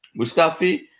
Mustafi